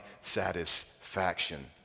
satisfaction